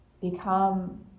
become